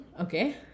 okay